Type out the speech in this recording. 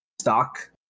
stock